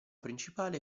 principale